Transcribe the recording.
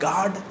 God